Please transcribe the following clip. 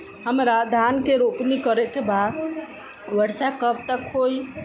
हमरा धान के रोपनी करे के बा वर्षा कब तक होई?